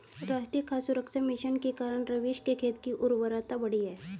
राष्ट्रीय खाद्य सुरक्षा मिशन के कारण रवीश के खेत की उर्वरता बढ़ी है